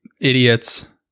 idiots